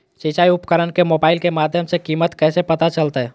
सिंचाई उपकरण के मोबाइल के माध्यम से कीमत कैसे पता चलतय?